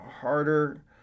harder